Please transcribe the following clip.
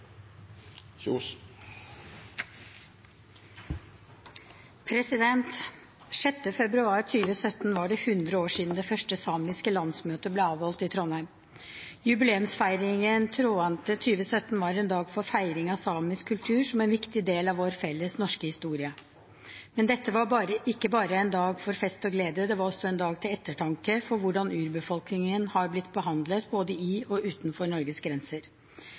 Den 6. februar 2017 var det hundre år siden det første samiske landsmøtet ble avholdt i Trondheim. Jubileumsfeiringen Tråante 2017 var en dag for feiring av samisk kultur som en viktig del av vår felles norske historie. Men dette var ikke bare en dag for fest og glede, det var også en dag til ettertanke om hvordan urbefolkningen har blitt behandlet både i og utenfor Norges grenser.